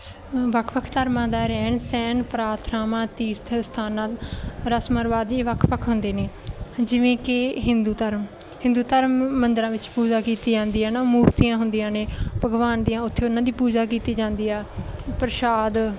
ਵੱਖ ਵੱਖ ਧਰਮਾਂ ਦਾ ਰਹਿਣ ਸਹਿਣ ਪ੍ਰਾਰਥਨਾ ਤੀਰਥ ਸਥਾਨ ਰਸਮ ਰਿਵਾਜ਼ ਵੱਖ ਵੱਖ ਹੁੰਦੇ ਨੇ ਜਿਵੇਂ ਕਿ ਹਿੰਦੂ ਧਰਮ ਹਿੰਦੂ ਧਰਮ ਮੰਦਰਾਂ ਵਿੱਚ ਪੂਜਾ ਕੀਤੀ ਜਾਂਦੀ ਹੈ ਨਾ ਮੂਰਤੀਆਂ ਹੁੰਦੀਆਂ ਨੇ ਭਗਵਾਨ ਦੀਆਂ ਉੱਥੇ ਉਹਨਾਂ ਦੀ ਪੂਜਾ ਕੀਤੀ ਜਾਂਦੀ ਆ ਪ੍ਰਸ਼ਾਦ